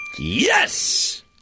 Yes